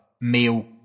male